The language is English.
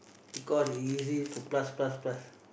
because is easy to plus plus plus